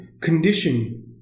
condition